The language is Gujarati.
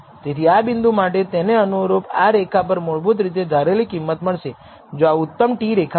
તેથી આ બિંદુ માટે તેને અનુરૂપ આ રેખા પર મૂળભૂત રીતે ધારેલી કિંમત મળશે જો આ ઉત્તમ t રેખા હશે